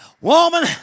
Woman